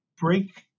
break